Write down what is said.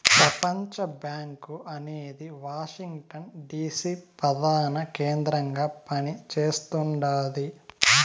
ప్రపంచబ్యాంకు అనేది Washington DC ప్రదాన కేంద్రంగా పని చేస్తుండాది